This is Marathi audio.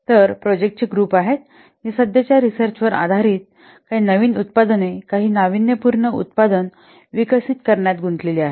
तर हे प्रोजेक्टचे ग्रुप आहेत जे सध्याच्या रिसर्च वर आधारित काही नवीन उत्पादने काही नाविन्यपूर्ण उत्पादन विकसित करण्यात गुंतलेली आहेत